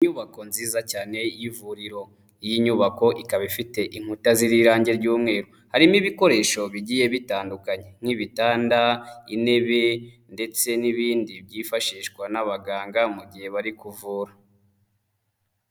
Inyubako nziza cyane y'ivuriro. Iyi nyubako ikaba ifite inkuta z'irimo irange ry'umweru. Harimo ibikoresho bigiye bitandukanye: nk'ibitanda, intebe ndetse n'ibindi byifashishwa n'abaganga mu gihe bari kuvura.